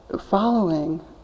following